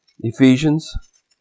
Ephesians